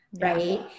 right